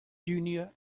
junior